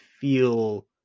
feel